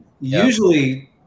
Usually